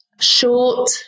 short